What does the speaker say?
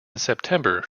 september